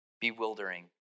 bewildering